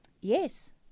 Yes